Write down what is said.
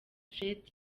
fred